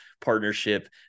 partnership